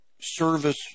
service